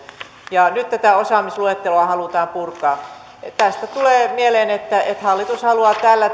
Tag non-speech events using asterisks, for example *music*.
ja nyt tätä osaamisluetteloa halutaan purkaa tästä tulee mieleen että että hallitus haluaa tällä *unintelligible*